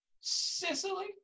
Sicily